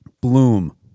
Bloom